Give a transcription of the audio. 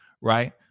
right